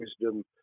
wisdom